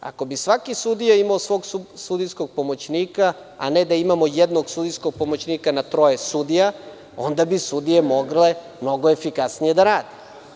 Ako bi svaki sudija imao svog sudijskog pomoćnika, a ne da imamo jednog sudijskog pomoćnika na troje sudija, onda bi sudije mogle mnogo efikasnije da rade.